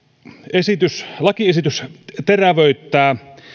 lakiesitys terävöittää